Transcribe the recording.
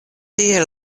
tie